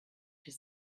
his